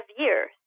years